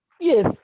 Yes